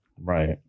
Right